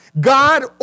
God